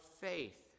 faith